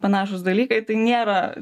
panašūs dalykai tai nėra